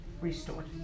restored